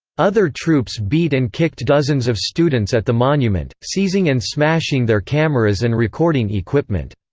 other troops beat and kicked dozens of students at the monument, seizing and smashing their cameras and recording equipment.